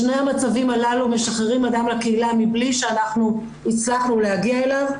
בשני המצבים הללו משחררים אדם לקהילה מבלי שאנחנו הצלחנו להגיע אליו.